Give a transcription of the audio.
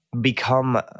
become